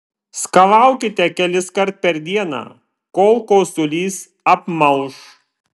skalaukite keliskart per dieną kol kosulys apmalš